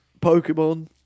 Pokemon